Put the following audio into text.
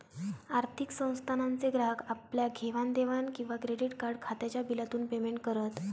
आर्थिक संस्थानांचे ग्राहक आपल्या घेवाण देवाण किंवा क्रेडीट कार्ड खात्याच्या बिलातून पेमेंट करत